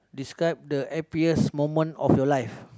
describe the happiest moment of your life